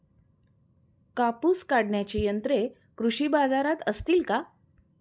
कापूस काढण्याची यंत्रे कृषी बाजारात असतील का?